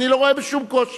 אני לא רואה שום קושי.